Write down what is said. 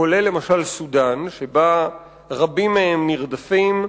כולל למשל סודן, שבה רבים מהם נרדפים.